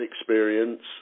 experience